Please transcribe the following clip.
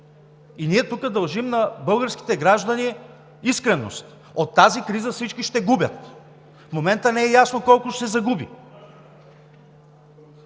и ние дължим на българските граждани искреност. От тази криза всички ще губят. В момента не е ясно колко ще се загуби.